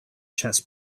chess